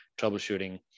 troubleshooting